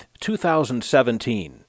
2017